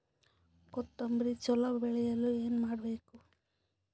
ಕೊತೊಂಬ್ರಿ ಚಲೋ ಬೆಳೆಯಲು ಏನ್ ಮಾಡ್ಬೇಕು?